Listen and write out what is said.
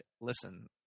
listen